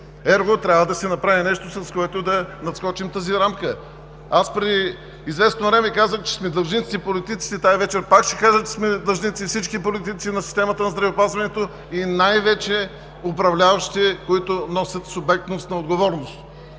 Ерго трябва да се направи нещо, с което да надскочим тази рамка. Преди известно време казах, че политиците сме длъжници. Тази вечер пак ще кажа, че всички политици сме длъжници на системата на здравеопазването и най-вече управляващите, които носят субектност на отговорност.